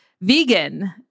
vegan